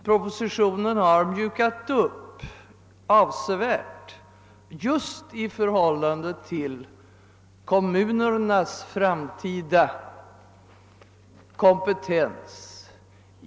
Propositionen har mjukat upp utredningens förslag avsevärt med avseende på kommunernas framtida kompetens.